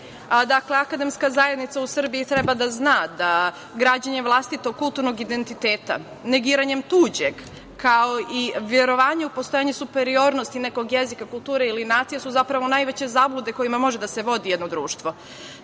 akademska zajednica u Srbiji treba da zna da građenjem vlastitog kulturnog identiteta, negiranjem tuđeg, kao i verovanje u postojanje superiornosti nekog jezika, kulture ili nacije su zapravo najveće zablude kojima može da se vodi jedno društvo. Stoga